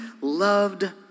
loved